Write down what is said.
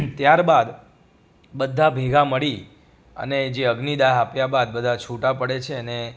ત્યારબાદ બધા ભેગા મળી અને જે અગ્નિદાહ આપ્યા બાદ બધા છૂટા પડે છે અને